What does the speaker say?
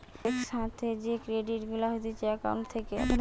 এক সাথে যে ক্রেডিট গুলা হতিছে একাউন্ট থেকে